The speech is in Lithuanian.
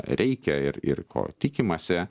reikia ir ir ko tikimasi